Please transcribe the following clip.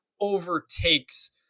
overtakes